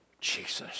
Jesus